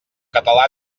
català